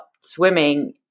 swimming